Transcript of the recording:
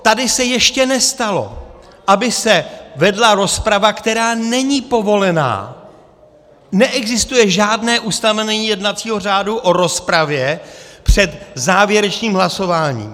Tady se ještě nestalo, aby se vedla rozprava, která není povolená, neexistuje žádné ustanovení jednacího řádu o rozpravě před závěrečným hlasováním!